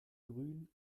grün